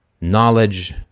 knowledge